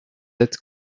êtes